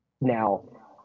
Now